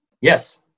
Yes